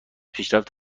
پیشرفت